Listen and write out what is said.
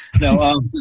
No